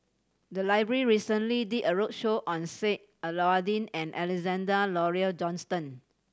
the library recently did a roadshow on Sheik Alau'ddin and Alexander Laurie Johnston